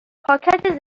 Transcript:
پاکت